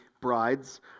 brides